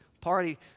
party